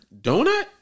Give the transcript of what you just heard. donut